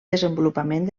desenvolupament